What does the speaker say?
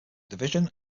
division